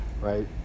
right